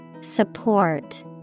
Support